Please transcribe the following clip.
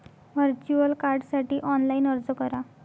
virtual कार्डसाठी online अर्ज करा